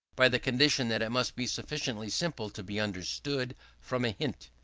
by the condition that it must be sufficiently simple to be understood from a hint.